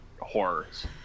horrors